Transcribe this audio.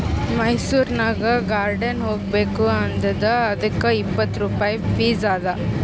ಮೈಸೂರನಾಗ್ ಗಾರ್ಡನ್ ಹೋಗಬೇಕ್ ಅಂದುರ್ ಅದ್ದುಕ್ ಇಪ್ಪತ್ ರುಪಾಯಿ ಫೀಸ್ ಅದಾ